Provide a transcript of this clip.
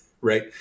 right